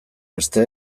beste